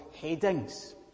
headings